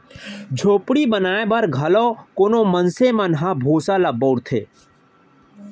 झोपड़ी बनाए बर घलौ कोनो मनसे मन ह भूसा ल बउरथे